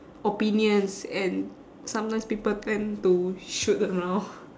opinions and sometimes people tend to shoot around